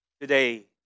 today